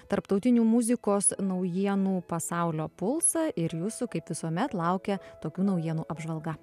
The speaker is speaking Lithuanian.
tarptautinių muzikos naujienų pasaulio pulsą ir jūsų kaip visuomet laukia tokių naujienų apžvalga